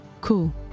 Cool